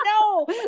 no